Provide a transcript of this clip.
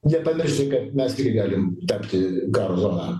nepamiršti kad mes galim tapti karo zona